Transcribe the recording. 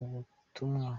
ubutumwa